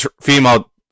female